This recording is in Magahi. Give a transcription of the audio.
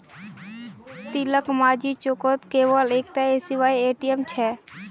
तिलकमाझी चौकत केवल एकता एसबीआईर ए.टी.एम छेक